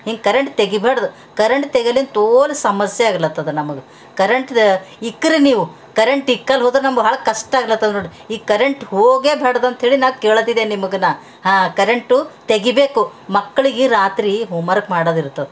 ಹಿಂಗೆ ಕರೆಂಟ್ ತೆಗಿಬಾರ್ದ ಕರೆಂಟ್ ತೆಗೀಲಿ ತೋಲು ಸಮಸ್ಯೆ ಆಗ್ಲತ್ತದ ನಮಗೆ ಕರೆಂಟ್ ಇಕ್ರಿ ನೀವು ಕರೆಂಟ್ ಇಕ್ಕಲ್ಲ ಹೋದ್ರೆ ನಮ್ಗೆ ಭಾಳ ಕಷ್ಟ ಆಗ್ಲತ್ತದ ನೋಡಿರಿ ಈಗ ಕರೆಂಟ್ ಹೋಗ್ಲೇಬಾರ್ದು ಅಂಥೇಳಿ ನಾನು ಕೇಳ್ತಿದೆ ನಿಮಗೆ ನಾ ಹಾಂ ಕರೆಂಟು ತೆಗಿಬೇಕು ಮಕ್ಕಳಿಗೆ ರಾತ್ರಿ ಹೋಮ್ವರ್ಕ್ ಮಾಡೋದಿರ್ತದ